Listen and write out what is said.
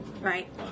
right